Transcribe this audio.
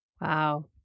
wow